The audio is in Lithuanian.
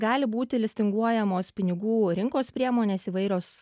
gali būti listinguojamos pinigų rinkos priemonės įvairios